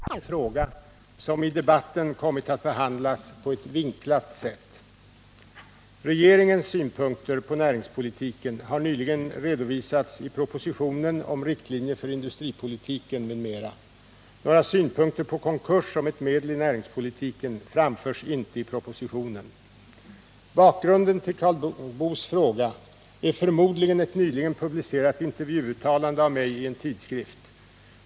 Herr talman! Karl Boo har frågat mig om jag anser att ”kravet på flera konkurser på ett lämpligt sätt ger uttryck för regeringens näringspolitiska ambitioner”. Karl Boos spörsmål ger mig tillfälle att belysa en fråga som i debatten kommit att behandlas på ett vinklat sätt. Regeringens synpunkter på näringspolitiken har nyligen redovisats i propositionen 1978/79:123 om riktlinjer för industripolitiken, m.m. Några synpunkter på konkurs som ett medel i näringspolitiken framförs inte i propositionen. Bakgrunden till Karl Boos fråga är förmodligen ett nyligen publicerat intervjuuttalande av mig i en tidskrift.